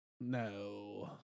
No